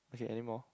okay anymore